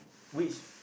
which